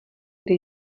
kde